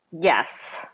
Yes